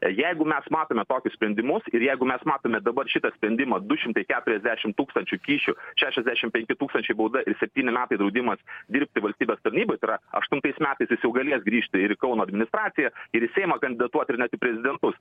jeigu mes matome tokius sprendimus ir jeigu mes matome dabar šitą sprendimą du šimtai keturiasdešimt tūkstančių kyšių šešiasdešim penki tūkstančiai bauda ir septyni metai draudimas dirbti valstybės tarnyboj tai yra aštuntais metais jau galės grįžti ir į kauno administraciją ir į seimą kandidatuot ir net į prezidentus